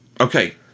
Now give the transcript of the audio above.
okay